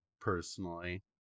personally